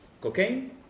cocaine